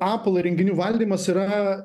apple įrenginių valdymas yra